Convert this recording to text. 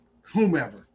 whomever